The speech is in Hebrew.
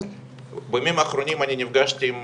בימים האחרונים אני נפגשתי עם